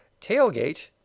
Tailgate